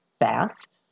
fast